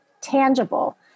tangible